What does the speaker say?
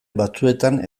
batzuetan